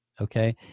Okay